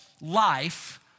life